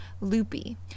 Loopy